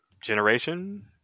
generation